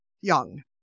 young